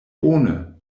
bone